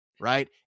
Right